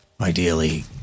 Ideally